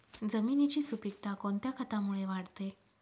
जमिनीची सुपिकता कोणत्या खतामुळे वाढते?